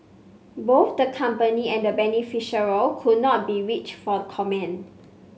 both the company and the beneficiary could not be reached for comment